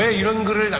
ah younger